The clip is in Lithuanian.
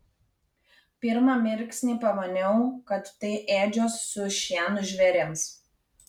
pirmą mirksnį pamaniau kad tai ėdžios su šienu žvėrims